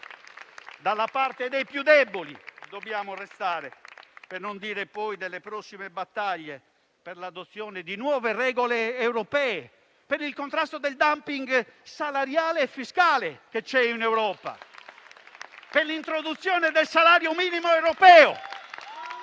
dalla parte dei più deboli. Tralascio le prossime battaglie per l'adozione di nuove regole europee per il contrasto del *dumping* salariale e fiscale che c'è in Europa, per l'introduzione del salario minimo europeo